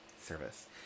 service